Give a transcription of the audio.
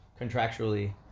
Contractually